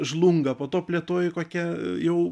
žlunga po to plėtoji kokią jau